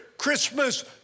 Christmas